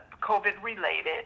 COVID-related